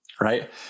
right